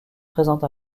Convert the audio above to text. présente